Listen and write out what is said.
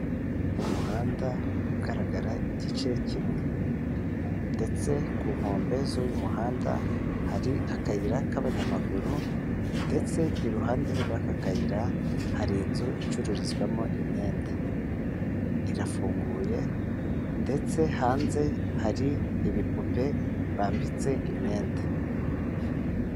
Umuhanda ugaragara igice kimwe, ndetse ku nkombe z'uyu muhanda hari akayira k'abanyamaguru; ndetse iruhande rw'aka kayira hari inzu icururizwamo imyenda. Irafunguye; ndetse hanze hari ibipupe bambitse imyenda.